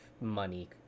money